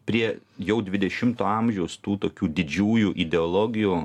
prie jau dvidešimto amžiaus tų tokių didžiųjų ideologijų